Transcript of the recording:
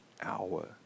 hour